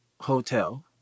hotel